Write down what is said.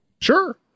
Sure